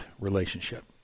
relationship